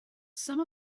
some